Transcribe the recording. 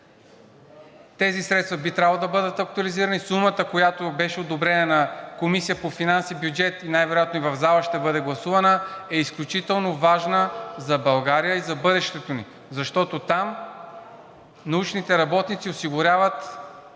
Тези средства би трябвало да бъдат актуализирани. Сумата, която беше одобрена в Комисията по бюджет и финанси, най-вероятно и в зала ще бъде гласувана, е изключително важна за България и за бъдещето ни, защото там научните работници осигуряват